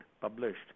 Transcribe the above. published